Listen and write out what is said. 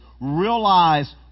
realize